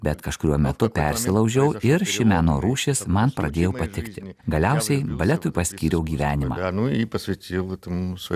bet kažkuriuo metu persilaužiau ir ši meno rūšis man pradėjo patikti galiausiai baletui paskyriau gyvenimą